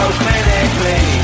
clinically